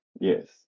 Yes